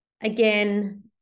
again